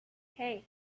hey